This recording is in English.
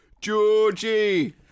Georgie